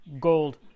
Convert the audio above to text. gold